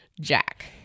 Jack